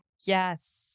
Yes